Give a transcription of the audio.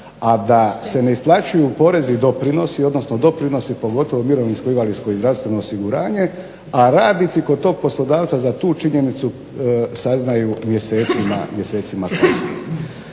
a da se ne isplaćuju porezi i doprinosi, odnosno doprinosi pogotovo mirovinsko-invalidsko i zdravstveno osiguranje, a radnici kod tog poslodavca za tu činjenicu saznaju mjesecima kasnije.